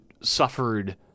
suffered